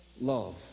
love